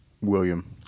William